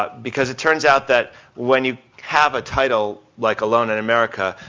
but because it turns out that when you have a title like alone in america,